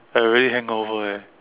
I really hangover eh